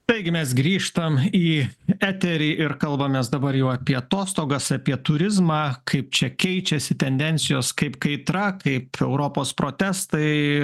taigi mes grįžtam į eterį ir kalbamės dabar jau apie atostogas apie turizmą kaip čia keičiasi tendencijos kaip kaitra kaip europos protestai